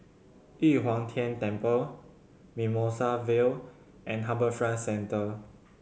Yu Huang Tian Temple Mimosa Vale and HarbourFront Centre